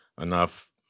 enough